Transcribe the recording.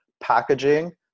packaging